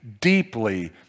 deeply